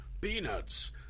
Peanuts